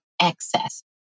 excess